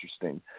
interesting